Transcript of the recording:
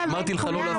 אמרתי לך לא להפריע.